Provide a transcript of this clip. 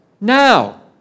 now